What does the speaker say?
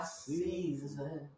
season